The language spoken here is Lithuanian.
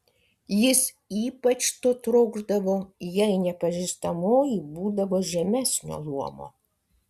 jis ypač to trokšdavo jei nepažįstamoji būdavo žemesnio luomo